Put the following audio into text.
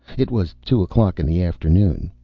it was two o'clock in the afternoon.